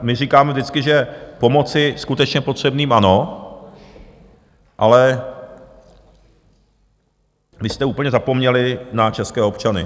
My říkáme vždycky, že pomoci skutečně potřebným ano, ale vy jste úplně zapomněli na české občany.